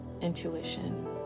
intuition